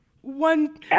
one